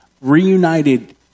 reunited